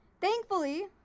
Thankfully